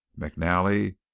McNally